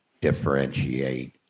differentiate